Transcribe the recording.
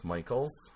Michaels